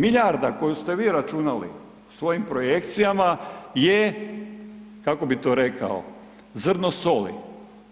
Milijarda koju ste vi računali svojim projekcijama je kako bi to rekao, zrno soli,